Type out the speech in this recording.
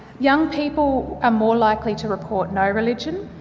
young people are more likely to report no religion,